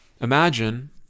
imagine